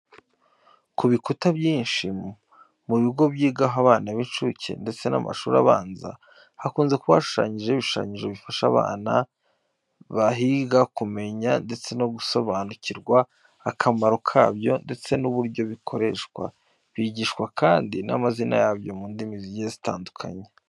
Ku bikuta byinshi byo mu bigo byigaho abana b'inshuke ndetse n'amashuri abanza, hakunze kuba hashushanyijeho ibishushanyo bifasha abana bahiga kumenya ndetse no gusobanukirwa akamaro kabyo ndetse n'uburyo bikoreshwa. Bigishwa kandi n'amazina yabyo mu ndimi zigiye zitandukanye.